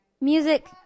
Music